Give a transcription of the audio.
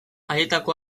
haietako